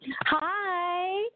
Hi